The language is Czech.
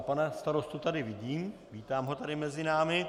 Pana starostu tady vidím, vítám ho tady mezi námi.